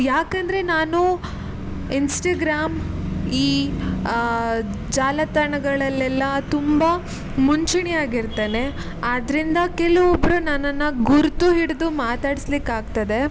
ಯಾಕಂದರೆ ನಾನು ಇನ್ಸ್ಟಗ್ರಾಮ್ ಈ ಜಾಲತಾಣಗಳಲ್ಲೆಲ್ಲ ತುಂಬ ಮುಂಚೂಣಿ ಆಗಿ ಇರ್ತೇನೆ ಆದ್ದರಿಂದ ಕೆಲವೊಬ್ಬರು ನನ್ನನ್ನು ಗುರುತು ಹಿಡಿದು ಮಾತಾಡ್ಸ್ಲಿಕ್ಕೆ ಆಗ್ತದೆ